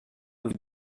vous